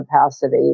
capacity